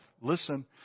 listen